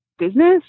business